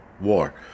war